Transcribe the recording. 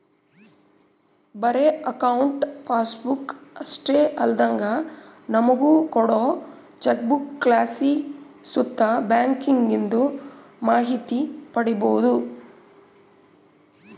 ಬರೇ account passbook ಅಷ್ಟೇ ಅಲ್ದಂಗ ನಮುಗ ಕೋಡೋ ಚೆಕ್ಬುಕ್ಲಾಸಿ ಸುತ ಬ್ಯಾಂಕಿಂದು ಮಾಹಿತಿ ಪಡೀಬೋದು